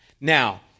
Now